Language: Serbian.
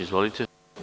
Izvolite.